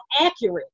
accurate